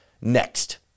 next